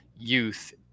youth